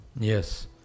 Yes